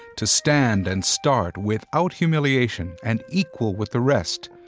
to stand and start without humiliation and equal with the rest,